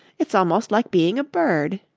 it's almost like being a bird.